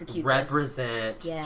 represent